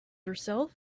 herself